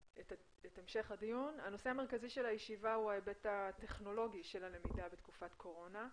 של הישיבה הוא ההיבט הטכנולוגי של הלמידה בתקופת קורונה.